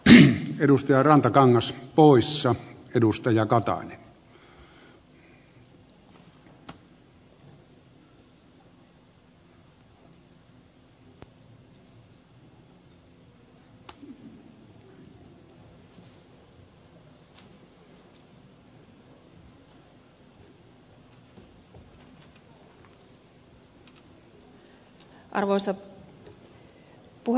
ne edustaja rantakangas poissa edustaja arvoisa puhemies